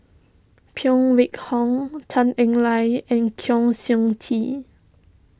Phan Wait Hong Tan Eng Liang and Kwa Siew Tee